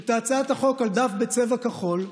את הצעת החוק על דף בצבע כחול.